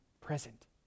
present